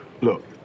Look